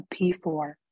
P4